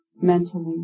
mentally